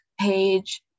page